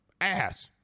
Ass